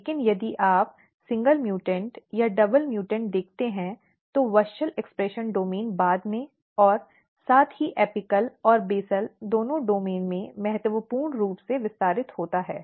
लेकिन यदि आप एकल म्यूटेंट या डबल म्यूटेंट देखते हैं तो WUSCHEL अभिव्यक्ति डोमेन बाद में और साथ ही एपिकल और बेसल दोनों डोमेन में महत्वपूर्ण रूप से विस्तारित होता है